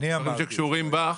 דברים שקשורים בך,